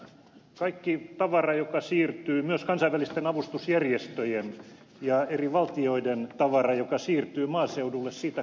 kaikesta tavarasta joka siirtyy myös kansainvälisten avustusjärjestöjen ja eri valtioiden tavarasta joka siirtyy maaseudulle kannetaan tulli